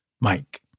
Mike